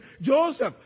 Joseph